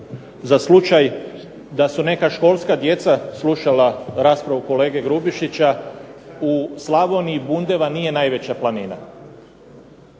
za slučaj da su neka školska djeca slušala raspravu kolege Grubišića. U Slavoniji bundeva nije najveća planina.